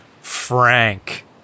Frank